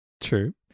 True